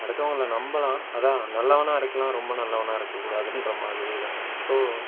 அடுத்தவங்களை நம்பலாம் அதுதான் நல்லவனாக இருக்கலாம் ரொம்ப நல்லவனாக இருக்கக்கூடாதுன்ற மாதிரி தான் ஸோ